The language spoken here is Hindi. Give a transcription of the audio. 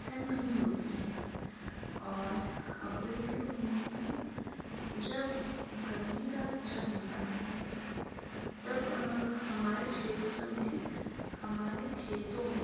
ठण्ड में ही होती है और अप्रैल के महीने में जब गर्मी का सीजन होता है तब हमारे क्षेत्र में हमारे खेतों में